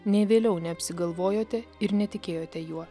nei vėliau neapsigalvojote ir netikėjote juo